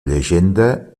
llegenda